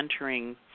entering